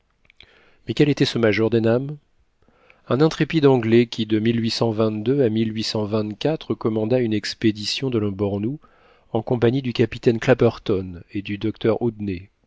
mais quel était ce major denham un intrépide anglais qui de à commanda une expédition dans le bornou en compagnie du capitaine clapperton et du docteur